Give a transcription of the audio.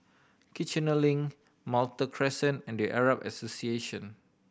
Kiichener Link Malta Crescent and The Arab Association